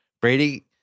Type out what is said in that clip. Brady